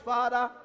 Father